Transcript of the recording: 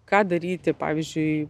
ką daryti pavyzdžiui